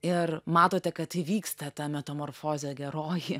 ir matote kad įvyksta ta metamorfozė geroji